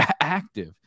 active